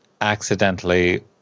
accidentally